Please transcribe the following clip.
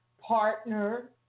partner